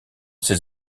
ces